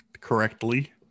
correctly